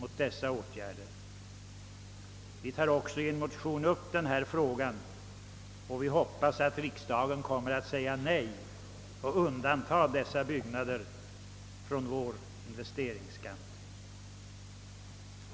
Vi tar också i en motion upp denna fråga och hoppas att riksdagen skall säga nej, d. v. s. undanta dessa byggnader från investeringsskatt.